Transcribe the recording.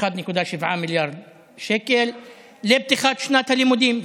1.7 מיליארד שקל לפתיחת שנת הלימודים.